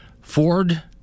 Ford